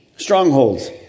strongholds